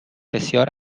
بسیار